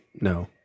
no